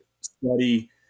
study